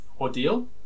ordeal